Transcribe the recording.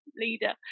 leader